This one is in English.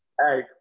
Hey